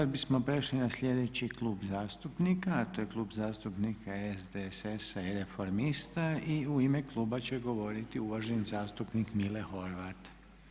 Sad bismo prešli na sljedeći klub zastupnika, a to je Klub zastupnika SDSS-a i Reformista i u ime kluba će govoriti uvaženi zastupnik Mile Horvat.